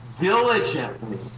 diligently